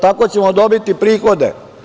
Tako ćemo dobiti prihode.